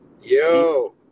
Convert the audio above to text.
Yo